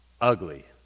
ugly